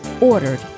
Ordered